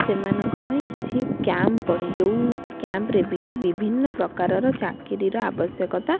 ସେମାନଙ୍କ ପାଇଁ କିଛି କ୍ୟାମ୍ପ୍ ପଡ଼େ ଯେଉଁ କ୍ୟାମ୍ପ୍ରେ କି ବିଭିନ୍ନ ପ୍ରକାରର ଚାକିରୀର ଆବଶ୍ୟକତା